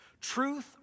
Truth